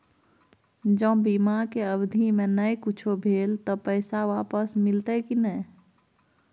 ज बीमा के अवधि म नय कुछो भेल त पैसा वापस मिलते की नय?